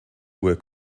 were